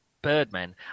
Birdmen